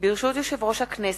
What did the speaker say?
ברשות יושב-ראש הכנסת,